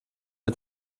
mit